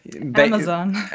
Amazon